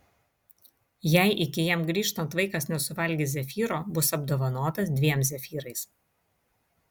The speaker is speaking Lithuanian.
jei iki jam grįžtant vaikas nesuvalgys zefyro bus apdovanotas dviem zefyrais